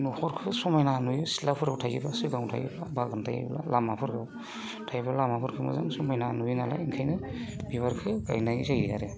न'खरखौ समायना नुयो सिथ्लाफोराव थायोब्ला सिगाङाव थायोब्ला बागान थायोब्ला लामाफोराव थायोब्ला लामाफोरखौ मोजां समायना नुयोनालाय ओंखायनो बिबारखौ गायनाय जायो आरो